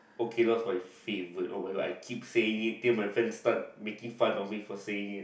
okay lor is my favourite oh my god I keep saying it till my friends start making fun of me for saying it